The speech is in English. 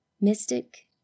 mystic